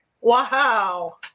Wow